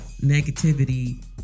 negativity